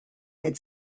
had